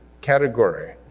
category